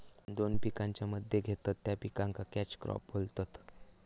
दोन पिकांच्या मध्ये घेतत त्या पिकाक कॅच क्रॉप बोलतत